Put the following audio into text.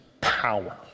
power